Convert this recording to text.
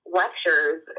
lectures